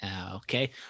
Okay